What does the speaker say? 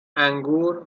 انگور